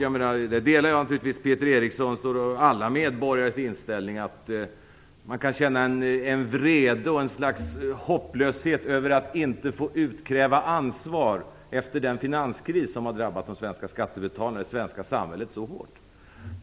Jag delar naturligtvis Peter Erikssons och alla medborgares inställning att man kan känna en vrede och en slags hopplöshet över att inte få utkräva ansvar efter den finanskris som har drabbat det svenska samhället så hårt.